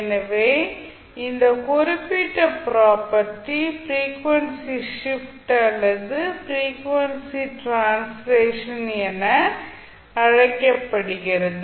எனவே இந்த குறிப்பிட்ட ப்ராப்பர்ட்டி ஃப்ரீக்வன்சி ஷிப்ட் அல்லது ஃப்ரீக்வன்சி ட்ரான்ஸ்லேஷன் என அழைக்கப்படுகிறது